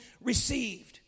received